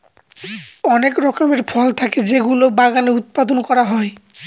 অনেক রকমের ফল থাকে যেগুলো বাগানে উৎপাদন করা হয়